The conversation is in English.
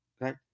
right